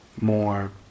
more